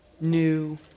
new